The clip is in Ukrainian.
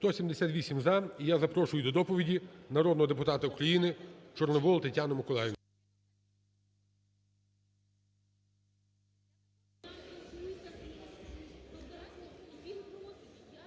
За-178 І я запрошую до доповіді народного депутата України Чорновол Тетяну Миколаївну.